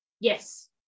Yes